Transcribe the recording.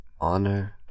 Honor